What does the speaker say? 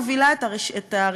מובילה את הרשימה,